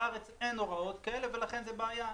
בארץ אין הוראות כאלה, ולכן זה בעיה.